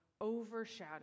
overshadow